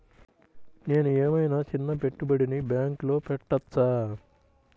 నేను ఏమయినా చిన్న పెట్టుబడిని బ్యాంక్లో పెట్టచ్చా?